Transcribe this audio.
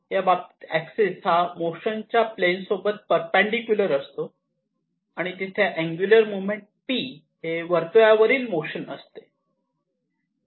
याबाबतीत एक्सिस हा मोशनच्या प्लेन सोबत परपेंडीकुलर असतो आणि तिथे अंगुलर मोमेंटम p हे वर्तुळावरील मोशन असते